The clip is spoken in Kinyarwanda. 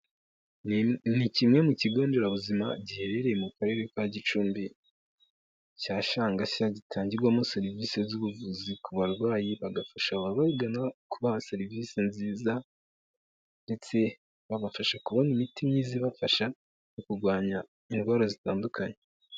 Ni kimwe mu kigo nderabuzima giherereye mu karere ka Gicumbi cya Shangashya gitangirwamo serivisi z'ubuvuzi ku barwayi, bagafasha ababagana kubaha serivisi nziza ndetse babafasha kubona imiti myiza ibafasha mu kurwanya indwara zitandukanye.